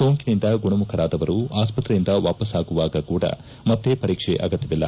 ಸೋಂಕಿನಿಂದ ಗುಣಮುಖರಾದವರು ಆಸ್ವತ್ರೆಯಿಂದ ವಾಪಸ್ಸಾಗುವಾಗ ಕೂಡ ಮತ್ತೆ ಪರೀಕ್ಷೆ ಅಗತ್ಯವಿಲ್ಲ